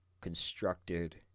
constructed